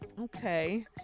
Okay